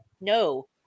no